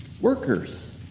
workers